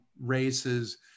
races